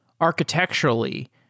architecturally